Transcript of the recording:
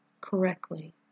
correctly